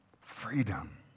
freedom